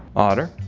otter?